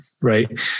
right